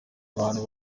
abantu